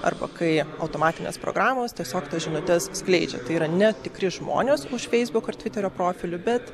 arba kai automatinės programos tiesiog tas žinutes skleidžia tai yra netikri žmonės už feisbuk ar tviterio profilių bet